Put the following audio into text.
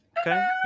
okay